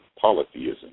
polytheism